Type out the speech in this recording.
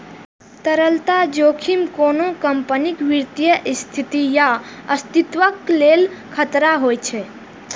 तरलता जोखिम कोनो कंपनीक वित्तीय स्थिति या अस्तित्वक लेल खतरा होइ छै